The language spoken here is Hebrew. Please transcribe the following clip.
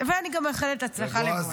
ואני גם מאחלת הצלחה לבועז.